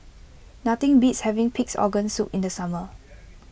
nothing beats having Pig's Organ Soup in the summer